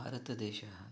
भारतदेशः